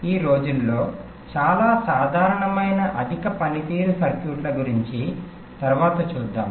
ఈ రోజుల్లో చాలా సాధారణమైన అధిక పనితీరు సర్క్యూట్ల గురించి తరువాత చూద్దాం